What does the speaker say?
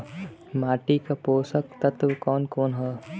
माटी क पोषक तत्व कवन कवन ह?